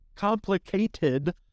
Complicated